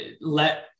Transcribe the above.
let